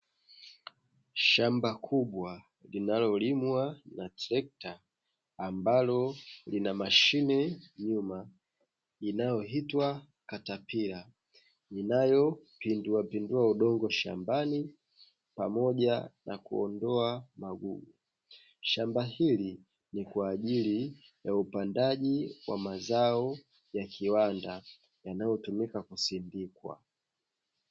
Shamba kubwa linalolimwa na trekta ambalo lina mashine nyuma inayoitwa katapira, inayopindua pindua udongo shambani pamoja na kuondoa magugu. Shamba hili ni kwa ajili ya upandaji wa mazao ya kiwanda yanayotumika kusindikwa.